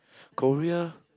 Korea